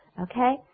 okay